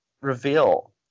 reveal